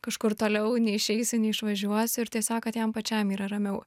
kažkur toliau neišeisiu neišvažiuosiu ir tiesiog kad jam pačiam yra ramiau